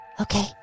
okay